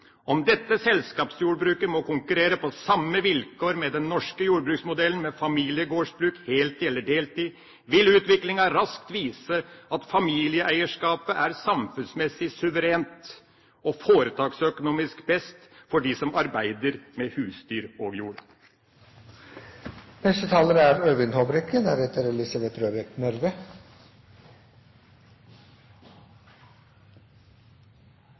Om dette selskapsjordbruket må konkurrere på samme vilkår som den norske jordbruksmodellen med familiegårdsbruk heltid eller deltid, vil utviklinga raskt vise at familieeierskapet er samfunnsmessig suverent og foretaksøkonomisk best for dem som arbeider med husdyr og